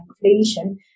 inflation